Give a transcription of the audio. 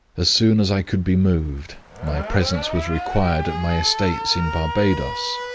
as soon as i could be moved, my presence was required at my estates in barbadoes.